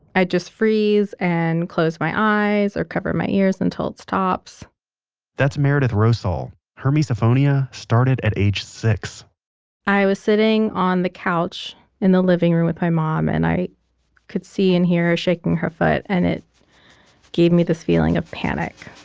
i just freeze and close my eyes or cover my ears until it stops that's meredith rosol. her misophonia started at age six i was sitting on the couch in the living room with my mom, and i could see and hear her shaking her foot. and it gave me this feeling of panic